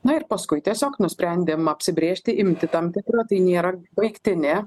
na ir paskui tiesiog nusprendėm apsibrėžti imtį tam tikrą tai nėra baigtinė